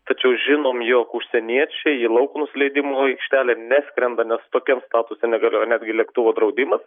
tačiau žinom jog užsieniečiai į lauko nusileidimo aikštelę neskrenda nes tokiam statuse negalioja netgi lėktuvo draudimas